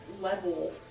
level